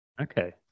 Okay